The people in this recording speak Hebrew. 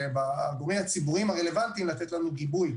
הציבוריים הרלוונטיים במשק לתת לנו גיבוי,